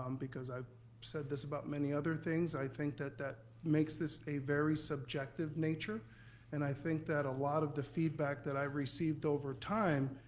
um because i said this about many other things. i think that that makes this a very subjective nature and i think that a lot of the feedback that i received over time,